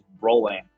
rolling